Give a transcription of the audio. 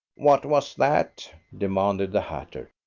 what was that? demanded the hatter.